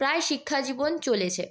প্রায় শিক্ষা জীবন চলেছে